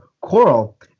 coral